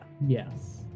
Yes